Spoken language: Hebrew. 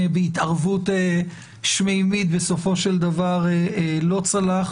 בהתערבות שמימית בסופו של דבר לא צלח.